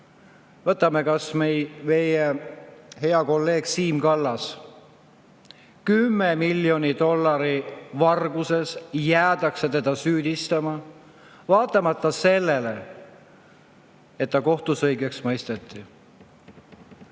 Võtame kas või meie hea kolleegi Siim Kallase. Kümne miljoni dollari varguses jäädakse teda süüdistama, vaatamata sellele, et ta kohtus õigeks mõisteti.